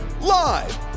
Live